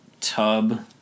tub